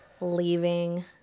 leaving